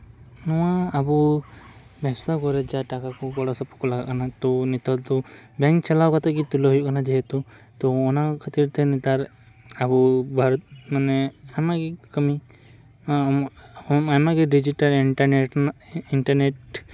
ᱱᱚᱣᱟ ᱟᱵᱚ ᱵᱮᱵᱽᱥᱟ ᱠᱚᱨᱮᱜ ᱡᱟ ᱴᱟᱠᱟ ᱠᱚ ᱜᱚᱲᱚ ᱥᱚᱯᱚᱦᱚᱫ ᱠᱚ ᱞᱟᱜᱟᱜ ᱠᱟᱱᱟ ᱛᱳ ᱱᱮᱛᱟᱨ ᱫᱚ ᱵᱮᱝᱠ ᱪᱟᱞᱟᱣ ᱠᱟᱛᱮᱜ ᱜᱮ ᱛᱩᱞᱟᱹᱣ ᱦᱩᱭᱩᱜ ᱠᱟᱱᱟ ᱡᱮᱦᱮᱛᱩ ᱚᱱᱟ ᱠᱷᱟᱹᱛᱤᱨ ᱛᱮ ᱱᱮᱛᱟᱨ ᱟᱵᱚ ᱵᱷᱟᱨᱚᱛ ᱢᱟᱱᱮ ᱟᱭᱢᱟ ᱜᱮ ᱠᱟᱹᱢᱤ ᱦᱮᱸ ᱦᱳᱭ ᱟᱭᱢᱟᱜᱮ ᱰᱤᱡᱤᱴᱮᱞ ᱤᱱᱴᱟᱨᱱᱮᱴ ᱨᱮᱱᱟᱜ ᱤᱱᱴᱟᱨᱱᱮᱴ